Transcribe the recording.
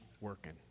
working